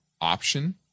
option